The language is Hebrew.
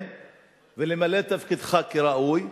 ולמלא את תפקידך כראוי,